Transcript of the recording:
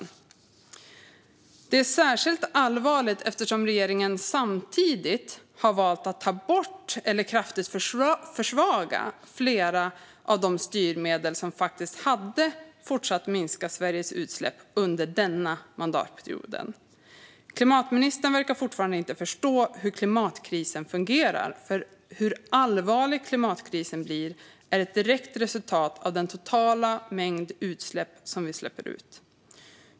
Detta är särskilt allvarligt eftersom regeringen samtidigt har valt att ta bort eller kraftigt försvaga flera av de styrmedel som faktiskt hade fortsatt minska Sveriges utsläpp under denna mandatperiod. Klimatministern verkar fortfarande inte förstå hur klimatkrisen fungerar. Hur allvarlig klimatkrisen blir är nämligen ett direkt resultat av den totala mängden utsläpp.